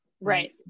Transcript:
Right